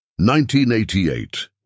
1988